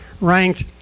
ranked